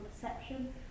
perception